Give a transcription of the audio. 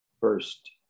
first